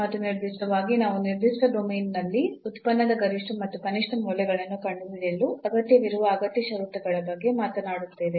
ಮತ್ತು ನಿರ್ದಿಷ್ಟವಾಗಿ ನಾವು ನಿರ್ದಿಷ್ಟ ಡೊಮೇನ್ನಲ್ಲಿ ಉತ್ಪನ್ನದ ಗರಿಷ್ಠ ಮತ್ತು ಕನಿಷ್ಠ ಮೌಲ್ಯಗಳನ್ನು ಕಂಡುಹಿಡಿಯಲು ಅಗತ್ಯವಿರುವ ಅಗತ್ಯ ಷರತ್ತುಗಳ ಬಗ್ಗೆ ಮಾತನಾಡುತ್ತೇವೆ